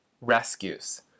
rescues